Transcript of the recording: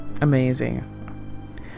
amazing